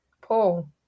paul